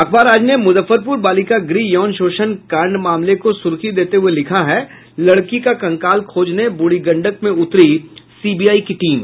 अखबार आज ने मुजफ्फरपुर बालिका गृह यौन शोषण कांड मामले को सुर्खी देते हुये लिखा है लड़की का कंकाल खोजने बूढ़ी गंडक में उतरी सीबीआई की टीम